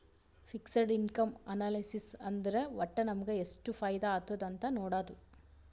fixed income analysis ಅಂದುರ್ ವಟ್ಟ್ ನಮುಗ ಎಷ್ಟ ಫೈದಾ ಆತ್ತುದ್ ಅಂತ್ ನೊಡಾದು